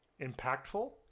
impactful